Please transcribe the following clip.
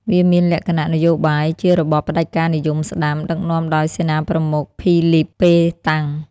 វាមានលក្ខណៈនយោបាយ ជារបបផ្ដាច់ការនិយមស្តាំ ដឹកនាំដោយសេនាប្រមុខ ភីលីព ប៉េតាំង ។